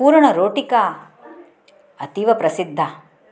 पूरणरोटिका अतीवप्रसिद्धा